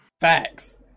Facts